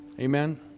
Amen